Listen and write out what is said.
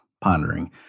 pondering